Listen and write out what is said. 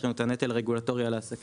יש לנו את הנטל הרגולטורי על העסקים,